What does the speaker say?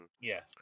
Yes